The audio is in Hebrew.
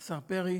השר פרי,